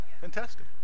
Fantastic